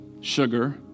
sugar